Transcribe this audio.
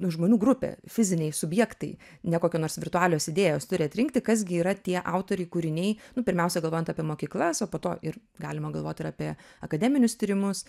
žmonių grupė fiziniai subjektai ne kokie nors virtualios idėjos turi atrinkti kas gi yra tie autoriai kūriniai pirmiausia galvojant apie mokyklas o po to ir galima galvot ir apie akademinius tyrimus